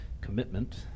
commitment